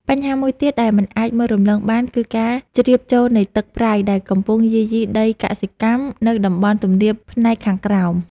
បញ្ហាមួយទៀតដែលមិនអាចមើលរំលងបានគឺការជ្រាបចូលនៃទឹកប្រៃដែលកំពុងយាយីដីកសិកម្មនៅតំបន់ទំនាបផ្នែកខាងក្រោម។